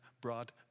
brought